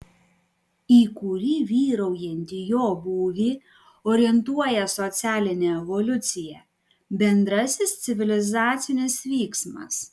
į kurį vyraujantį jo būvį orientuoja socialinė evoliucija bendrasis civilizacinis vyksmas